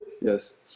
Yes